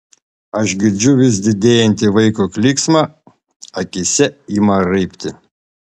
aš girdžiu vis didėjantį vaiko klyksmą akyse ima raibti